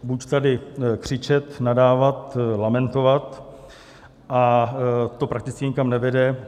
Buď tady křičet, nadávat, lamentovat a to prakticky nikam nevede.